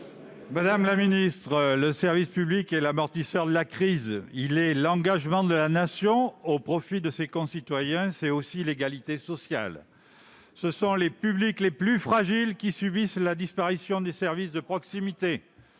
Madame la ministre, le service public est l'amortisseur de la crise. Il est l'engagement de la Nation au profit de ses concitoyens. Il garantit aussi l'égalité sociale. Ce sont les publics les plus fragiles qui subissent la disparition des services de proximité.